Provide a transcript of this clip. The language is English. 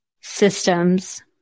Systems